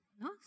No